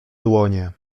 dłonie